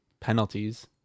penalties